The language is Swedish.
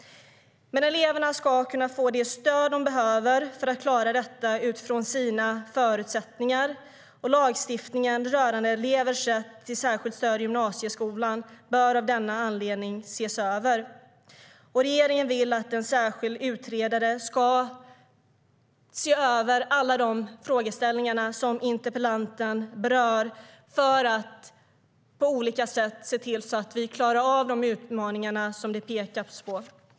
Eleverna ska få det stöd de behöver för att klara detta efter sina förutsättningar. Lagstiftningen rörande elevers rätt till särskilt stöd i gymnasieskolan bör av denna anledning ses över. Regeringen vill att en särskild utredare ska se över alla de frågeställningar som interpellanten berör för att på olika sätt se till att vi klarar av de utmaningar som pekas på.